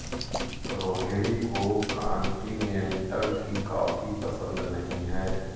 रोहिणी को कॉन्टिनेन्टल की कॉफी पसंद नहीं है